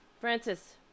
Francis